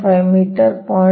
5 metre 0